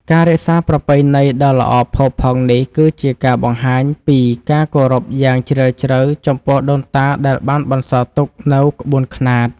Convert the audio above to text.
ការរក្សាប្រពៃណីដ៏ល្អផូរផង់នេះ គឺជាការបង្ហាញពីការគោរពយ៉ាងជ្រាលជ្រៅចំពោះដូនតាដែលបានបន្សល់ទុកនូវក្បួនខ្នាត។